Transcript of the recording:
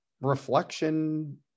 reflection